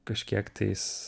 kažkiek tais